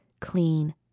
clean